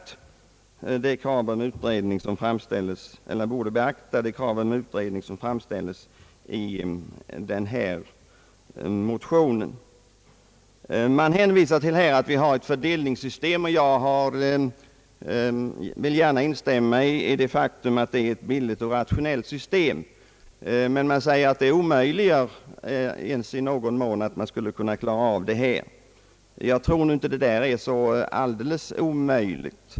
I det läget anser jag att riksdagen borde beakta de krav på en utredning som framställes i motionen. Man hänvisar i utskottsutlåtandet till att vi har ett fördelningssystem. Jag vill gärna instämma i att det är ett billigt och rationellt system. Man påstår vidare att det är omöjligt att ens i någon mån åstadkomma ett sådant hänsynstagande i ett dylikt system. Jag tror inte att det är alldeles omöjligt.